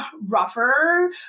rougher